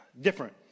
Different